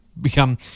become